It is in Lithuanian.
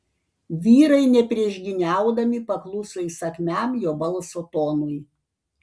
vyrai nepriešgyniaudami pakluso įsakmiam jo balso tonui